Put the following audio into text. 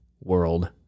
world